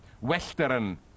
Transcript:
Western